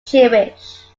jewish